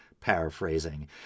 Paraphrasing